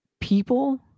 people